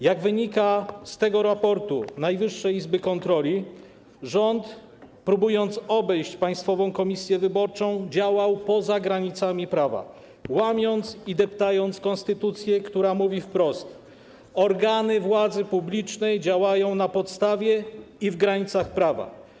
Jak wynika z raportu Najwyższej Izby Kontroli, rząd, próbując obejść Państwową Komisję Wyborczą, działał poza granicami prawa, łamiąc i depcząc konstytucję, która mówi wprost, że organy władzy publicznej działają na podstawie i w granicach prawa.